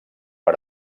per